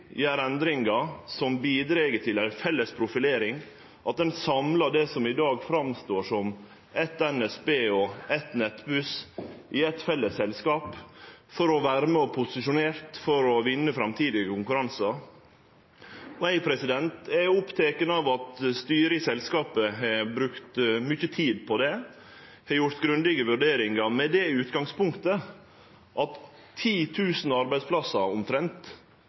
gjer endringar som bidreg til felles profilering, at ein samlar det som ein i dag ser som eit NSB og eit Nettbuss, i eitt felles selskap for å vere posisjonert, for å vinne framtidige konkurransar. Eg er oppteken av at styret i selskapet har brukt mykje tid på det og har gjort grundige vurderingar med det utgangspunktet at omtrent 10 000 arbeidsplassar, som er